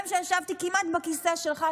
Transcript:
גם כשישבתי כמעט בכיסא שלך,